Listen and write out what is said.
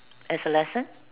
as a lesson